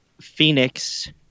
Phoenix